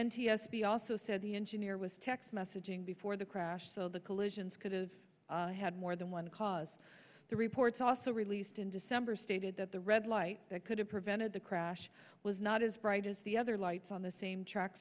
b also said the engineer was text messaging before the crash so the collisions could've had more than one cause the reports also released in december stated that the red light that could have prevented the crash was not as bright as the other lights on the same track